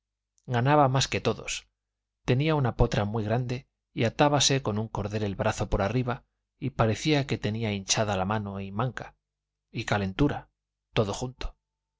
ganaba más que todos tenía una potra muy grande y atábase con un cordel el brazo por arriba y parecía que tenía hinchada la mano y manca y calentura todo junto